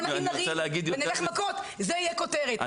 אם נריב ונלך מכות זה יהיה כותרת,